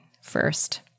first